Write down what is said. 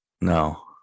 No